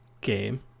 game